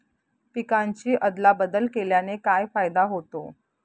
पिकांची अदला बदल केल्याने काय फायदा होतो?